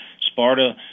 Sparta